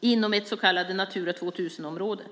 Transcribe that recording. inom ett så kallat Natura 2000-område.